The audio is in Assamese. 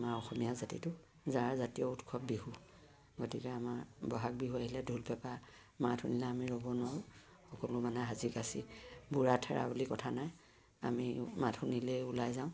আমাৰ অসমীয়া জাতিটো যাৰ জাতীয় উৎসৱ বিহু গতিকে আমাৰ বহাগ বিহু আহিলে ঢোল পেঁপা মাত শুনিলে আমি ৰ'ব নোৱাৰোঁ সকলো মানে সাজি কাচি বুঢ়া ঠেৰা বুলি কথা নাই আমি মাত শুনিলেই ওলাই যাওঁ